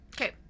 Okay